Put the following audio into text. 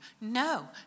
No